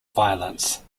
violence